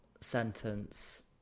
sentence